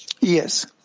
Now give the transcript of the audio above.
Yes